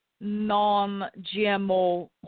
non-GMO